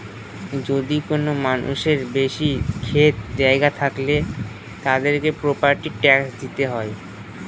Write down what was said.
যদি কোনো মানুষের বেশি ক্ষেত জায়গা থাকলে, তাদেরকে প্রপার্টি ট্যাক্স দিতে হয়